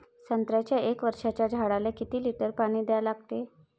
संत्र्याच्या एक वर्षाच्या झाडाले किती लिटर पाणी द्या लागते?